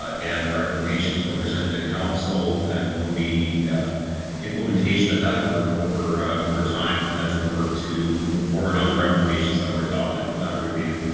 an recommendations were presented to counsel and there will be implementation of that over over over time as they work to move forward on the recommendations that were adopted from that review.